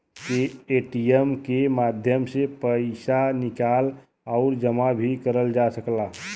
ATM के माध्यम से पइसा निकाल आउर जमा भी करल जा सकला